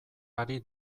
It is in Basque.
ari